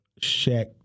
Shaq